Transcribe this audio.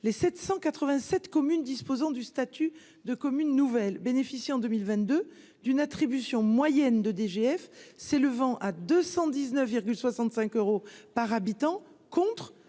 les 787 communes disposant du statut de commune nouvelle bénéficier en 2022 d'une attribution moyenne de DGF s'élevant à 219 65 euros par habitant, contre